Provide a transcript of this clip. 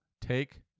Take